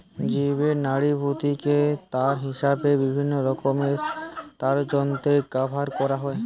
জীবের নাড়িভুঁড়িকে তার হিসাবে বিভিন্নরকমের তারযন্ত্রে ব্যাভার কোরা হয়